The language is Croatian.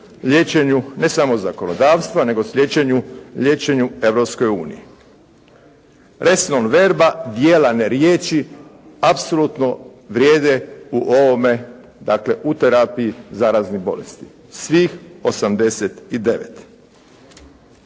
liječenju ne samo zakonodavstva nego liječenju Europskoj uniji. «Res non verba», «Djela ne riječi», apsolutno vrijede u ovome, dakle u terapiji zaraznih bolesti. Svih 89.